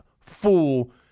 fool